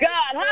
God